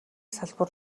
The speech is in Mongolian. салбар